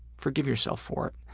forgive yourself for it.